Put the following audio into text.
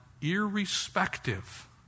irrespective